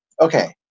okay